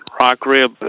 rock-rib